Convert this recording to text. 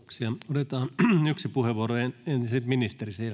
otetaan yksi puheenvuoro ja sitten ministeri sen